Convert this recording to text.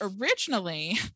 originally